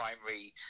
primary